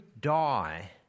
die